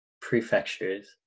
prefectures